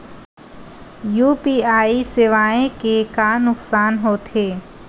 UPI सेवाएं के का नुकसान हो थे?